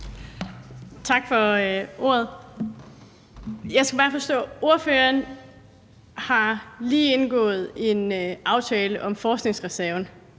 Tak for ordet. Jeg skal bare forstå en ting. Ordføreren har lige indgået en aftale om forskningsreserven,